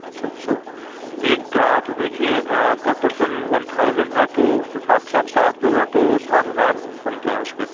اچھا اچھا تو یہ کرایہ تو دیکھیے پر پرسن ون تھاؤزین ہے تو اس حساب سے آپ سات لوگ ہیں تو سات ہزار بنتے ہیں اس کے